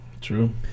True